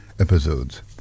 Episodes